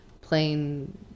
plain